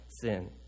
sin